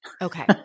Okay